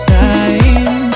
time